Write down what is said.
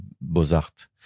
Beaux-Arts